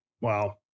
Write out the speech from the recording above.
Wow